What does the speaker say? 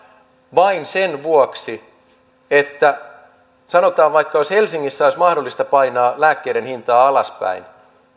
vain sen vuoksi sanotaan vaikka näin että jos helsingissä olisi mahdollista painaa lääkkeiden hintaa alaspäin